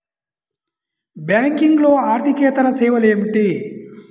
బ్యాంకింగ్లో అర్దికేతర సేవలు ఏమిటీ?